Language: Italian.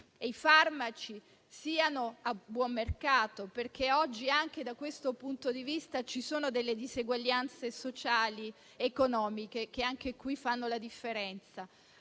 e i farmaci siano a buon mercato, perché oggi anche da questo punto di vista ci sono diseguaglianze sociali ed economiche che fanno la differenza.